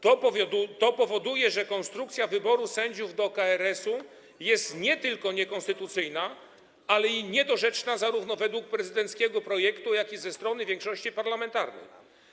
To powoduje, że konstrukcja wyboru sędziów do KRS-u jest nie tylko niekonstytucyjna, ale i niedorzeczna zarówno według prezydenckiego projektu, jak i propozycji ze strony większości parlamentarnej.